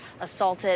assaulted